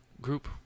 group